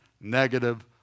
negative